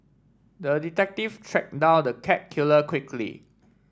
the detective track down the cat killer quickly